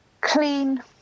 clean